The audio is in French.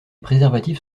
préservatifs